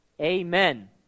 Amen